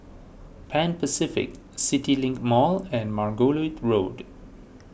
Pan Pacific CityLink Mall and Margoliouth Road